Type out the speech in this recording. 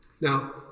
Now